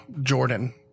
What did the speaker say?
Jordan